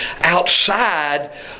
outside